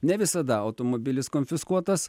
ne visada automobilis konfiskuotas